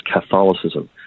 Catholicism